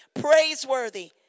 praiseworthy